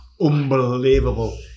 unbelievable